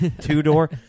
two-door